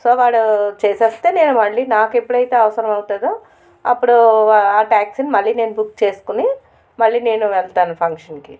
so వాడు చేసేస్తే నేను మళ్ళీ నాకు ఎప్పుడైతే అవసరం ఉంటుందో అప్పుడు ఆ టాక్సీని మళ్ళీ నేను బుక్ చేసుకొని మళ్ళీ నేను వెళతాను ఫంక్షన్కి